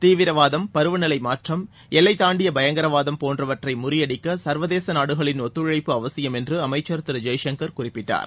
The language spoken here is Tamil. தீவிரவாதம் பருவநிலை மாற்றம் எல்லை தாண்டிய பயங்கரவாதம் போன்றவற்றை முறியடிக்க சர்வதேச நாடுகளின் ஒத்துழைப்பு அவசியம் என்று அமைச்சர் திரு ஜெய்சங்கர் குறிப்பிட்டார்